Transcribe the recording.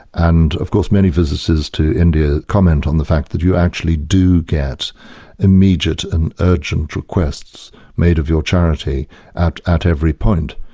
and of course many visitors to india comment on the fact that you actually do get immediate and urgent requests made of your charity at at every point,